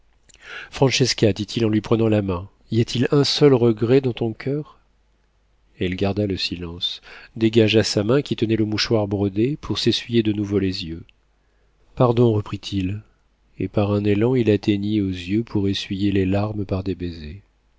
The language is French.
dit-il en lui prenant la main y a-t-il un seul regret dans ton coeur elle garda le silence dégagea sa main qui tenait le mouchoir brodé pour s'essuyer de nouveau les yeux pardon reprit-il et par un élan il atteignit aux yeux pour essuyer les larmes par des baisers